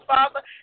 Father